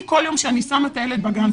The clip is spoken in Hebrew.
כל יום שאני שמה את הילד בגן,